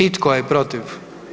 I tko je protiv?